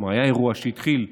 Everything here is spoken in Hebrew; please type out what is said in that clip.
כלומר היה אירוע שהתחיל,